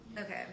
Okay